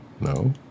no